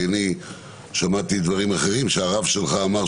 כי שמעתי דברים אחרים שהרב שלך אמר,